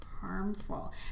harmful